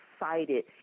excited